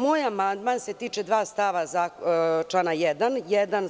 Moj amandman se tiče dva stava člana 1. Jedan